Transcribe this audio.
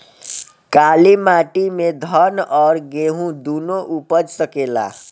काली माटी मे धान और गेंहू दुनो उपज सकेला?